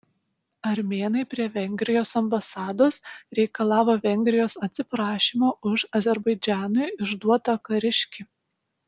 armėnai prie vengrijos ambasados reikalavo vengrijos atsiprašymo už azerbaidžanui išduotą kariškį